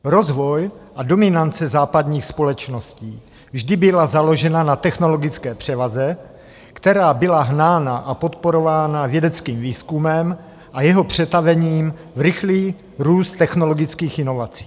Rozvoj a dominance západních společností vždy byla založena na technologické převaze, která byla hnána a podporována vědeckým výzkumem a jeho přetavením v rychlý růst technologických inovací.